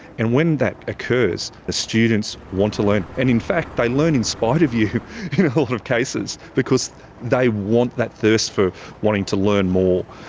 and when that occurs, the students want to learn. and in fact they learn in spite of you in a lot of cases because they want that thirst for wanting to learn more.